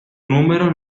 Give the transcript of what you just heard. número